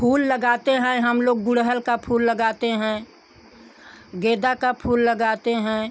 फूल लगाते हैं हम लोग गुड़हल का फूल लगाते हैं गेंदा का फूल लगाते हैं